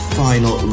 final